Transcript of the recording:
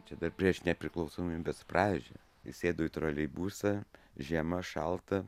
čia dar prieš nepriklausomybės pradžią įsėdu į troleibusą žiema šalta